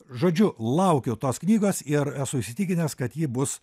žodžiu laukiau tos knygos ir esu įsitikinęs kad ji bus